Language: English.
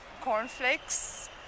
cornflakes